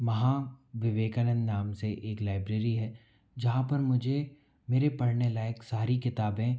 महा विवेकानन्द नाम से एक लाइब्रेरी है जहाँ पर मुझे मेरे पढ़ने लायक सारी किताबें